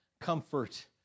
comfort